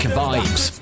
vibes